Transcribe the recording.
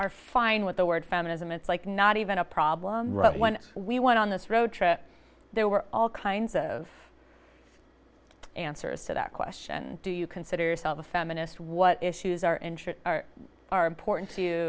are fine with the word feminism it's like not even a problem right when we went on this road trip there were all kinds of answers to that question do you consider yourself a feminist what issues are insured are important to